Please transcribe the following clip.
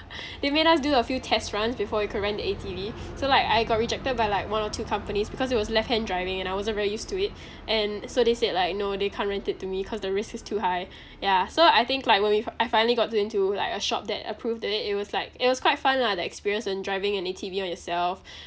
they made us do a few test runs before we could rent the A_T_V so like I got rejected by like one or two companies because it was left hand driving and I wasn't very used to it and so they said like you know they can't rent it to me cause the risk is too high ya so I think like when we f~ I finally got to into like a shop that approved it it it was like it was quite fun lah that experience when driving an A_T_V on yourself